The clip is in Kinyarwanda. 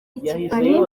ikipari